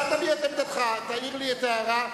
אתה תביע את עמדתך, תעיר לי את ההערה.